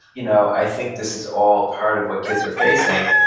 you know i think this is all part of what kids are facing,